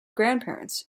grandparents